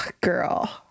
girl